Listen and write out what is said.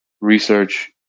research